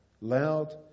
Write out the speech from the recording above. loud